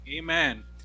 Amen